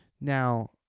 Now